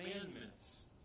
commandments